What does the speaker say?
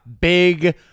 Big-